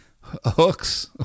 Hooks